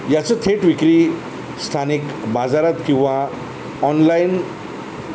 याचं थेट विक्री स्थानिक बाजारात किंवा ऑनलाईन